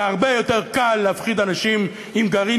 כי הרבה יותר קל להפחיד אנשים עם גרעין